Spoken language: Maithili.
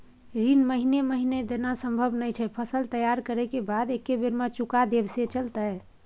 ऋण महीने महीने देनाय सम्भव नय छै, फसल तैयार करै के बाद एक्कै बेर में चुका देब से चलते?